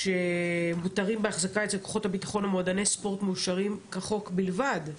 שמותרים בהחזקה אצל כוחות הביטחון ומועדני ספורט מאושרים כחוק בלבד,